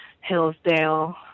Hillsdale